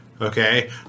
Okay